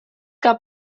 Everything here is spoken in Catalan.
que